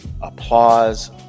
applause